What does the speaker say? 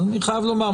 אז אני חייב לומר,